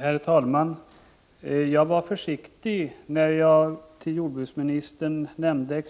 Herr talman! Jag var försiktig när jag nämnde